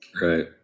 Right